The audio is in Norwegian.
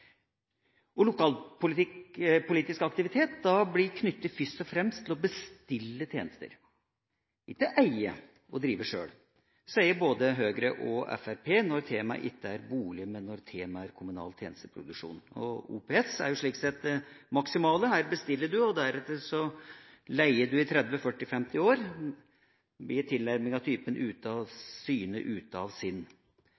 god bestiller. Lokalpolitisk aktivitet blir da knyttet først og fremst til å bestille tjenester. Ikke eie og drive sjøl, sier både Høyre og Fremskrittspartiet når temaet ikke er bolig, men kommunal tjenesteproduksjon. OPS er slik sett det optimale – en bestiller, og deretter leier en i 30, 40 eller 50 år, med en tilnærming av typen «ute av syne, ute